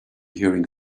hearing